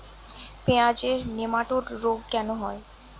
পেঁয়াজের নেমাটোড রোগ কেন হয়?